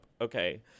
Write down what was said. Okay